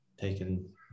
taken